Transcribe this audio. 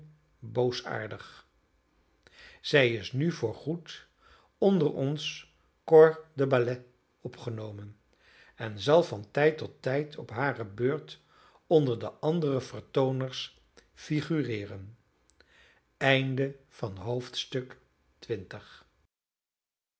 boosaardig zij is nu voorgoed onder ons corps de ballet opgenomen en zal van tijd tot tijd op hare beurt onder de anderen vertooners figureeren een